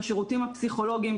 בשירותים הפסיכולוגיים,